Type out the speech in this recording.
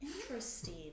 Interesting